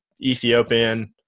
Ethiopian